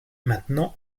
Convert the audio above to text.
maintenant